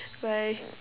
bye